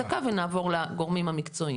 ונעבור לגורמים המקצועיים.